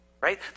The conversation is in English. Right